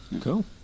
Cool